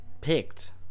picked